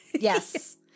Yes